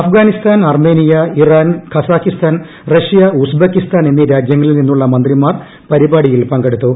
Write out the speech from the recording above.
Afghanistan Armenia Iran Kazakhstan Russia Uzbekistan എന്നീ രാജ്യങ്ങളിൽ നിന്നുള്ള മന്ത്രിമാർ പരിപാടിയിൽ പങ്കെടുത്തു